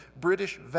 British